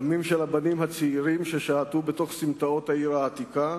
דמם של הבנים הצעירים ששעטו בתוך סמטאות העיר העתיקה,